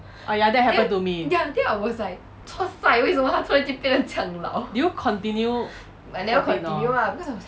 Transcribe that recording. oh ya that happened to me did you continue fourteen not